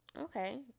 okay